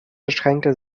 beschränkte